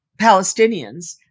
Palestinians